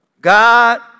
God